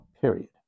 Period